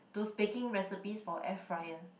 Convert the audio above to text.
those baking recipes for air fryer